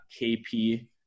kp